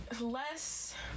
Less